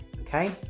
Okay